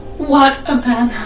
what a